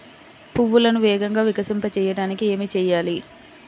పువ్వులను వేగంగా వికసింపచేయటానికి ఏమి చేయాలి?